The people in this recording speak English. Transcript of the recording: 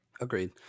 Agreed